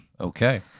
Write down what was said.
okay